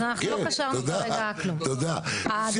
אני אתן לכולם אחר כך זכות דיבור.